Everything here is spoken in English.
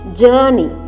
journey